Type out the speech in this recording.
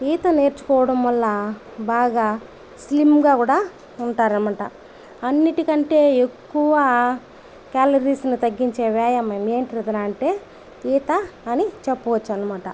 ఈత నేర్చుకోవడం వల్ల బాగా స్లిమ్ గా కూడా ఉంటారు అన్నమాట అన్నిటికంటే ఎక్కువ క్యాలరీస్ తగ్గించే వ్యాయామం ఏందిరా అంటే ఈత అని చెప్పవచ్చు అనమాట